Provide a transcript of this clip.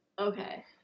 Okay